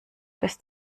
bist